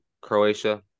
Croatia